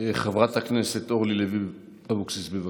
חברת הכנסת אורלי לוי אבקסיס, בבקשה.